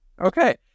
Okay